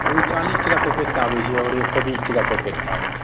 ओ चालिस टका पैकेटके आबै छै आओर एक सए बीस टका पैकेटके आबै छै